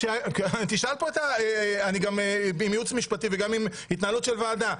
אני גם ייעוץ משפטי וגם עם התנהלות של הוועדה.